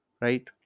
right